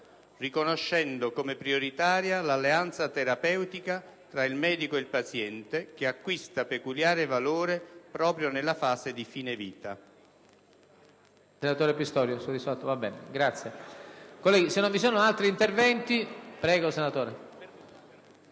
riconoscendo come prioritaria l'alleanza terapeutica tra il medico e il paziente, che acquista peculiare valore proprio nella fase di fine vita»